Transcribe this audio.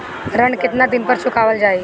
ऋण केतना दिन पर चुकवाल जाइ?